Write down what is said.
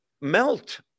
melt